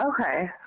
Okay